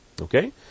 Okay